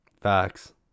Facts